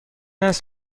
است